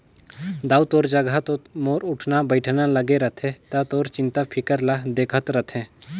दाऊ तोर जघा तो मोर उठना बइठना लागे रथे त तोर चिंता फिकर ल देखत रथें